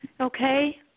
Okay